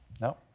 No